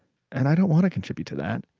and i don't want to contribute to that.